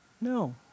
No